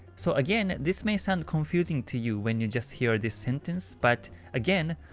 so again, this may sound confusing to you when you just hear this sentence. but again,